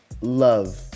love